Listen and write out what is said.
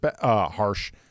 harsh